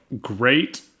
great